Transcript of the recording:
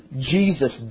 Jesus